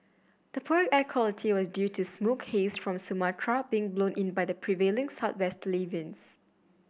the poor air quality was due to smoke haze from Sumatra being blown in by the prevailing southwesterly winds